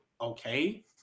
Okay